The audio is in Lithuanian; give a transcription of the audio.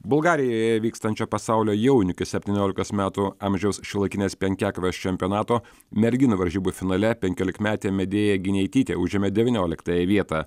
bulgarijoje vykstančio pasaulio jaunių iki septyniolikos metų amžiaus šiuolaikinės penkiakovės čempionato merginų varžybų finale penkiolikmetė medėja gineitytė užėmė devynioliktąją vietą